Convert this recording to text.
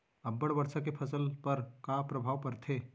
अब्बड़ वर्षा के फसल पर का प्रभाव परथे?